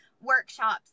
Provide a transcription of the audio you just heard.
workshops